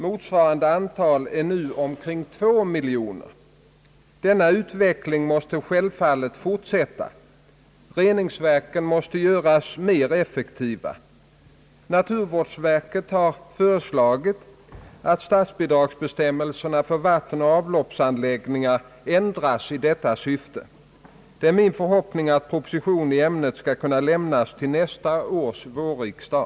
Motsvarande antal är nu omkring 2 miljoner. Denna utveckling måste självfallet fortsätta. Reningsverken måste också göras mera effektiva. Naturvårdsverket har föreslagit att statsbidragsbestämmelserna för vattenoch avloppsanläggningar ändras i detta syfte. Det är min förhoppning att proposition i ämnet skall kunna lämnas till nästa års vårriksdag.